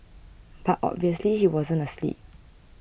but obviously he wasn't asleep